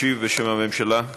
ישיב בשם הממשלה,